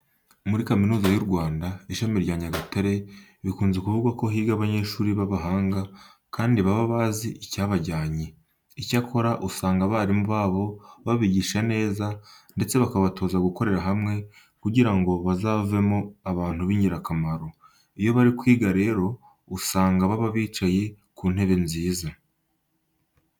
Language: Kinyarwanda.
Muri Kaminuza y'u Rwanda, ishami rya Nyagatare bikunze kuvugwa ko higa abanyeshuri b'abahanga kandi baba bazi icyabajyanye. Icyakora, usanga abarimu babo babigisha neza ndetse bakabatoza gukorera hamwe kugira ngo bazavemo abantu b'ingirakamaro. Iyo bari kwiga rero usanga baba bicaye ku ntebe nziza.